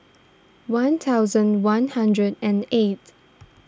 one thousand one hundred and eighth